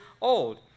old